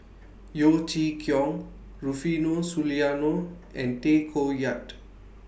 Yeo Chee Kiong Rufino Soliano and Tay Koh Yat